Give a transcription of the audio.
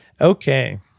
Okay